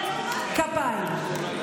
והאמת, כפיים.